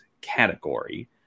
category